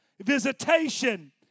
visitation